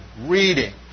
reading